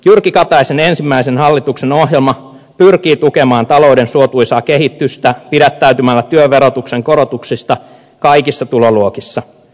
jyrki kataisen ensimmäisen hallituksen ohjelma pyrkii tukemaan talouden suotuisaa kehitystä pidättäytymällä työn verotuksen korotuksista kaikissa tuloluokissa